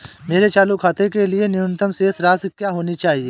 मेरे चालू खाते के लिए न्यूनतम शेष राशि क्या होनी चाहिए?